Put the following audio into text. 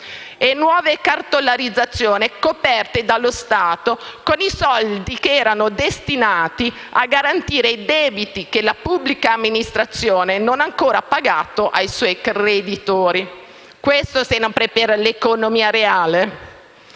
e nuove cartolarizzazioni coperte dallo Stato, con i soldi che erano destinati a garantire i debiti che la pubblica amministrazione non ha ancora pagato ai suoi creditori. Questo sempre per l'economia reale?